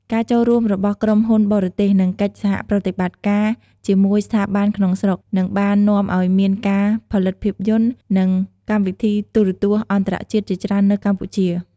ការចូលរួមរបស់ក្រុមហ៊ុនបរទេស និងកិច្ចសហប្រតិបត្តិការជាមួយស្ថាប័នក្នុងស្រុកនិងបាននាំឱ្យមានការផលិតភាពយន្ត និងកម្មវិធីទូរទស្សន៍អន្តរជាតិជាច្រើននៅកម្ពុជា។